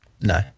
No